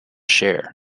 share